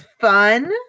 fun